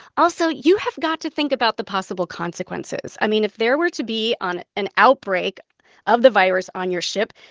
also, you have got to think about the possible consequences. i mean, if there were to be on an outbreak of the virus on your ship,